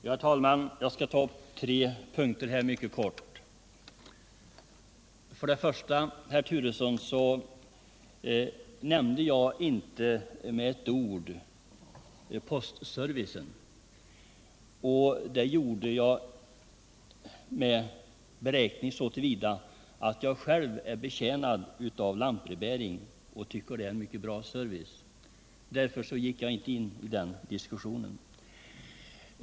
Herr talman! Jag skall ta upp tre punkter mycket kort. Först och främst, herr Turesson, nämnde jag inte med ct ord postservicen, och det var med beräkning, så till vida att jag själv är betjänad av lantbrev bäring och tycker att den ger en mycket bra service. Därför gick jag alltså inte in i den diskussionen.